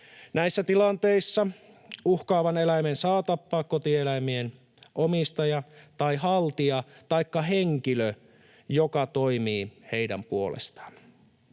Näissä tilanteissa uhkaavan eläimen saa tappaa kotieläimien omistaja tai haltija taikka henkilö, joka toimii heidän puolestaan.